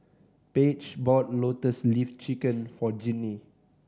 Paige bought Lotus Leaf Chicken for Jinnie